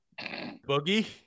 Boogie